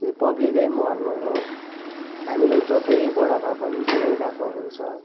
पब्लिकै मर्नु हो हामीलाई जतैबाट भए पनि गिराई रहेको हुन्छ